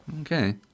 Okay